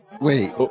Wait